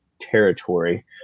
territory